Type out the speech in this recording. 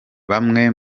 bamwe